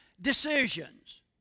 decisions